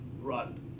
run